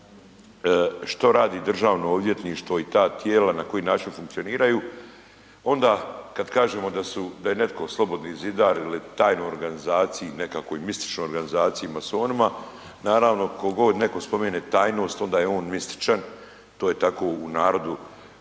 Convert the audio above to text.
što radi državno odvjetništvo i ta tijela na koji način funkcioniraju, onda kad kažemo da su, da je netko slobodni zidar ili tajnoj organizaciji nekakvoj mističnoj organizaciji, masonima naravno tko god netko spomene tajnost onda je on mističan, to je tako u narodu